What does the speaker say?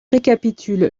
récapitule